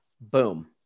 Boom